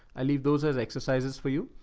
i leave those as exercises for you.